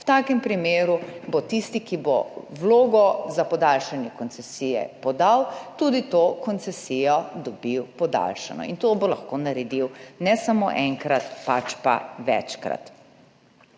V takem primeru bo tisti, ki bo vlogo za podaljšanje koncesije podal, to koncesijo tudi dobil podaljšano in bo to lahko naredil ne samo enkrat, pač pa večkrat.